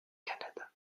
kannada